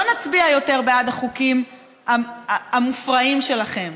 לא נצביע בעד החוקים המופרעים שלכם,